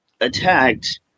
attacked